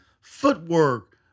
footwork